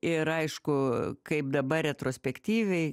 ir aišku kaip dabar retrospektyviai